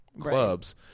clubs